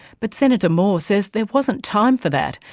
but senator moore says there wasn't time for that,